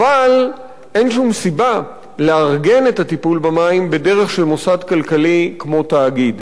אבל אין שום סיבה לארגן את הטיפול במים בדרך של מוסד כלכלי כמו תאגיד.